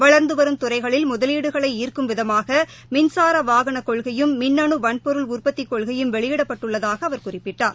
வளர்ந்து வரும் துறைகளில் முதலீடுகளை ஈர்க்கும் விதமாக மின்சார வாகன கொள்கையும் மின்னனு வன்பொருள் உற்பத்திக் கொள்கையும் வெளியிடப்பட்டுள்ளதாக அவர் குறிப்பிட்டார்